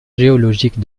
géologique